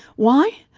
why?